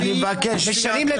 בבקשה.